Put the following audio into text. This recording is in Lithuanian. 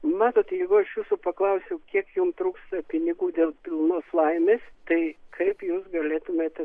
matote jeigu aš jūsų paklausiau kiek jums trūksta pinigų dėl pilnos laimės tai kaip jūs galėtumėte